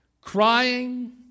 crying